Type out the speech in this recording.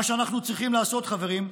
מה שאנחנו צריכים לעשות, חברים,